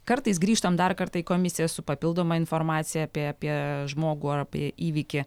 kartais grįžtam dar kartą į komisiją su papildoma informacija apie apie žmogų ar apie įvykį